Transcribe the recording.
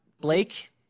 Blake